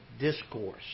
Discourse